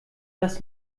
das